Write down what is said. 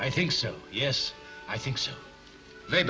i think so yes i think so they